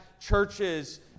churches